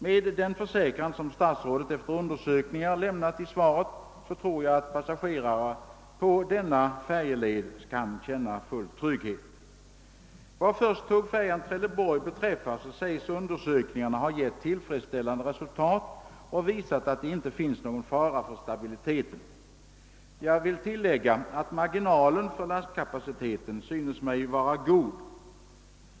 Med den försäkran som stats rådet efter undersökningar lämnat i sitt svar tror jag emellertid att passagerare på denna färjeled kan känna fullständig trygghet. Vad först beträffar tågfärjan Trelleborg sägs undersökningarna ha gett tillfredsställande resultat och visat att det inte finns någon risk för att stabiliteten skulle vara otillräcklig. Jag vill tillägga att marginalen för lastkapaciteten synes mig vara god.